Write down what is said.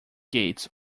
gates